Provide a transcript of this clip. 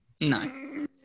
no